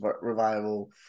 revival